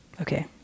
okay